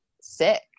sick